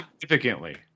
significantly